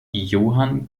johann